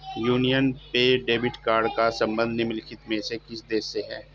Union पे debit card का संबंध निम्नलिखित में से किस देश से है?